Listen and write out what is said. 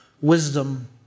wisdom